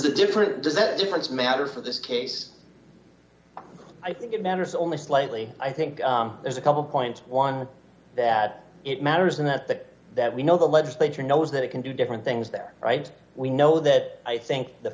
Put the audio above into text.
that difference matter for this case i think it matters only slightly i think there's a couple point one that it matters in that that that we know the legislature knows that it can do different things there right we know that i think the